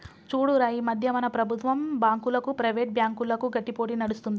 చూడురా ఈ మధ్య మన ప్రభుత్వం బాంకులకు, ప్రైవేట్ బ్యాంకులకు గట్టి పోటీ నడుస్తుంది